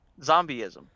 Zombieism